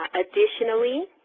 additionally,